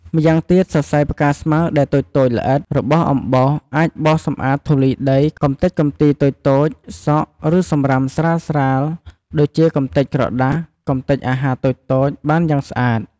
ម៉្យាងទៀត សរសៃផ្កាស្មៅដែលតូចៗ ល្អិត របស់អំបោស អាចបោសសម្អាតធូលីដី កម្ទេចកំទីតូចៗ សក់ ឬសំរាមស្រាលៗ ដូចជាកម្ទេចក្រដាស កម្ទេចអាហារតូចៗ បានយ៉ាងស្អាត។